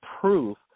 proof